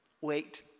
Wait